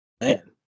Man